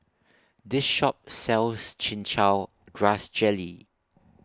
This Shop sells Chin Chow Grass Jelly